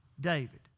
David